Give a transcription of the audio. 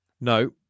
No